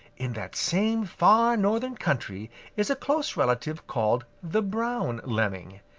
in that same far northern country is a close relative called the brown lemming.